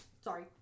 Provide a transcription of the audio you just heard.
sorry